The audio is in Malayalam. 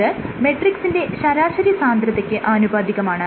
ഇത് മെട്രിക്സിന്റെ ശരാശരി സാന്ദ്രതയ്ക്ക് ആനുപാതികമാണ്